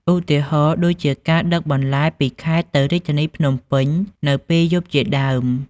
ឧទាហរណ៍ដូចជាការដឹកបន្លែពីខេត្តទៅរាជធានីភ្នំពេញនៅពេលយប់ជាដើម។